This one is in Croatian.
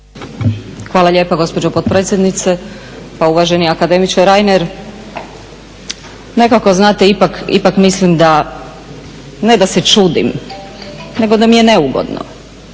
Hvala lijepa gospođo potpredsjednice. Pa uvaženi akademiče Reiner, nekako znate ipak mislim da, ne da se čudim nego da mi je neugodno.